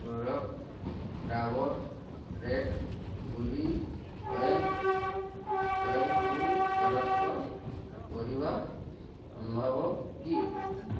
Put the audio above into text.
product Dabur red pulling oil ଅଏଲ୍କୁ ଫେରସ୍ତ କରିବା ସମ୍ଭବ କି